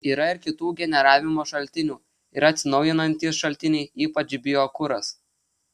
yra ir kitų generavimo šaltinių yra atsinaujinantys šaltiniai ypač biokuras